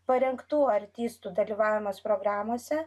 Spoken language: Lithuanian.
parengtų artistų dalyvavimas programose